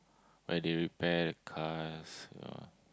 where they repair cars you know